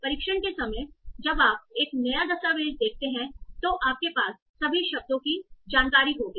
परीक्षण के समय जब आप एक नया दस्तावेज़ देखते हैं तो आपके पास सभी शब्दों की जानकारी होगी